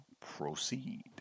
Proceed